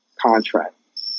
contract